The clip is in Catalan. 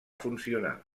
funcionar